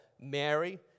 Mary